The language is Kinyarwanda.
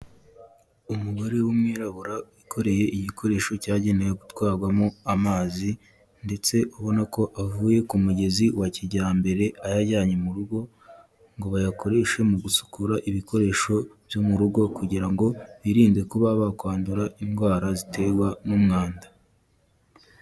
Umugore w'umwirabura wikoreye igikoresho cyagenewe gutwarwamo amazi, ndetse ubona ko avuye ku mugezi wa kijyambere ayajyanye mu rugo, ngo bayakoreshe mu gusukura ibikoresho byo mu rugo kugira ngo birinde kuba bakwandura indwara ziterwa n'umwanda.